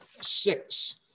six